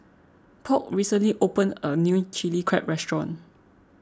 Polk recently opened a new Chili Crab restaurant